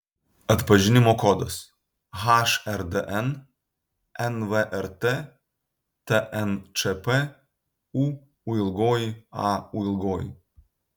atpažinimo kodas hrdn nvrt tnčp uūaū